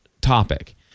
topic